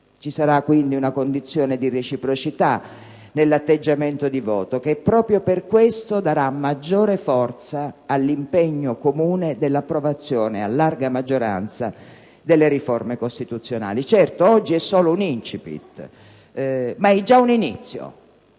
Ci sarà quindi una condizione di reciprocità nell'atteggiamento di voto che, proprio per questo, darà maggiore forza all'impegno comune dell'approvazione a larga maggioranza delle riforme costituzionali. Certo, oggi è solo un *incipit*, ma è già un inizio.